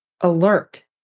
alert